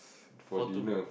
photo